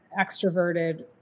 extroverted